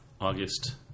august